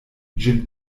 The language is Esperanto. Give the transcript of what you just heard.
ĝin